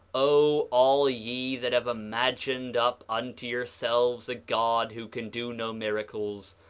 o all ye that have imagined up unto yourselves a god who can do no miracles,